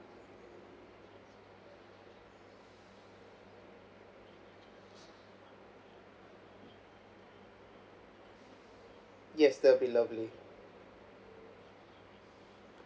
yes that will be lovely